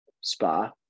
Spa